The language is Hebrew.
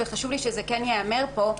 וחשוב לי שזה ייאמר פה.